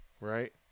right